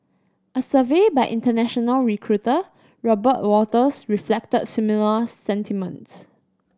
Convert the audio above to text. a survey by international recruiter Robert Walters reflected similar sentiments